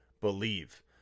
believe